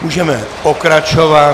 Můžeme pokračovat.